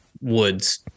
woods